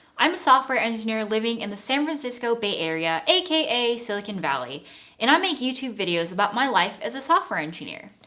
i'm a software engineer living in the san francisco bay area aka silicon valley and i make youtube videos about my life as a software engineer!